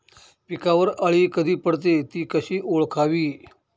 पिकावर अळी कधी पडते, ति कशी ओळखावी?